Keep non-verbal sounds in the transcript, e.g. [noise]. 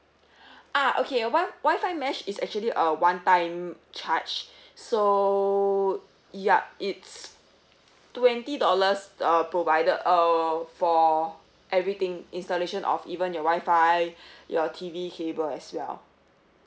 [breath] ah okay wi~ wifi mash is actually a one time charge so yup it's twenty dollars uh provided uh for everything installation of even your wifi your T_V cable as well